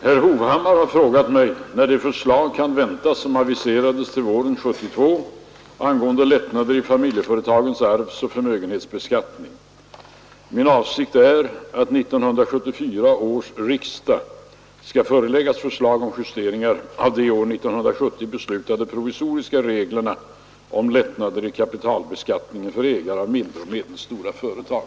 Herr talman! Herr Hovhammar har frågat mig när det förslag kan väntas som aviserades till våren 1972 angående lättnader i familjeföretagens arvsoch förmögenhetsbeskattning. Min avsikt är att 1974 års riksdag skall föreläggas förslag om justeringar av de år 1970 beslutade provisoriska reglerna om lättnader i kapitalbeskattningen för ägare av mindre och medelstora företag.